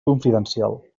confidencial